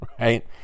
right